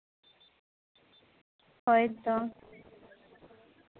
ᱦᱳᱭ ᱛᱚ